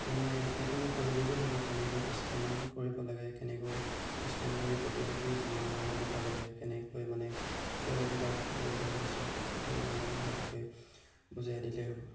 মানে এইটো মোক কৰি দিলেই হ'ব কেনেকৈ স্কেন কৰিব লাগে কেনেকৈ স্কেন কৰি প্ৰতিলিপি জমা দিব লাগে কেনেকৈ মানে কিয় এইবিলাক প্ৰয়োজন হৈছে সেইটো মানে ভালকৈ বুজাই দিলেই হ'ব